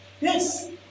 Yes